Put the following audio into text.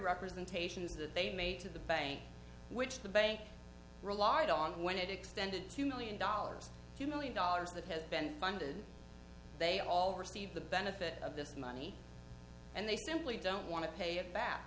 representations that they made to the bank which the bank relied on when it extended two million dollars two million dollars that has been funded they all receive the benefit of this money and they simply don't want to pay it back